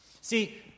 See